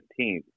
15th